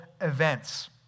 events